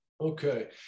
Okay